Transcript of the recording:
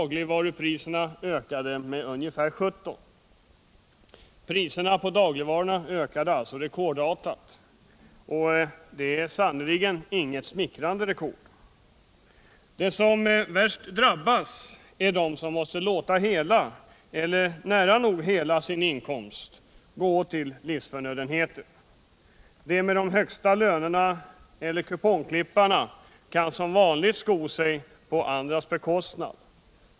Dagligvarupriserna ökade med ungefär 17 96. Det innebär en rekordartad ökning, men det är sannerligen inget smickrande rekord. De som drabbas värst är de som måste låta hela eller nära nog hela sin inkomst gå till livsförnödenheter. De med de högsta lönerna eller kupongklipparna kan som vanligt sko sig på andras bekostnad.